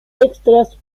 extras